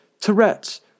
Tourette's